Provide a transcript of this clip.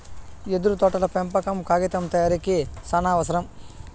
యెదురు తోటల పెంపకం కాగితం తయారీకి సానావసరం